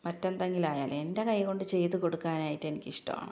മറ്റെന്തെങ്കിലും ആയാലും എന്റെ കൈകൊണ്ടു ചെയ്തു കൊടുക്കാനായിട്ട് എനിക്കിഷ്ടം ആണ്